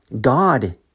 God